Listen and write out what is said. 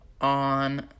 on